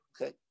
Okay